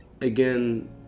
Again